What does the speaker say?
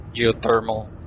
geothermal